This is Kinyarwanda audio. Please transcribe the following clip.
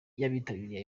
y’abitabiriye